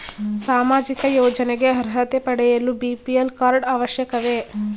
ಸಾಮಾಜಿಕ ಯೋಜನೆಗೆ ಅರ್ಹತೆ ಪಡೆಯಲು ಬಿ.ಪಿ.ಎಲ್ ಕಾರ್ಡ್ ಅವಶ್ಯಕವೇ?